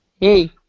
Hey